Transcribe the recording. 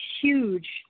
huge